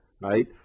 right